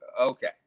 Okay